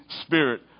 Spirit